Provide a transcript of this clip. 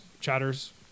chatters